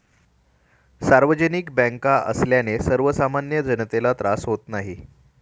सार्वजनिक बँका असल्याने सर्वसामान्य जनतेला त्रास होत नाही